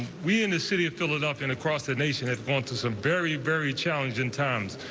we in the city of philadelphia and across the nation have gone through some very very challenging times,